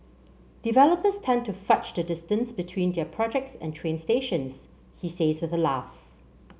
developers tend to fudge the distance between their projects and train stations he says with a laugh